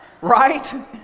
Right